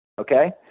Okay